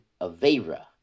Avera